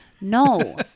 No